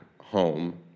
home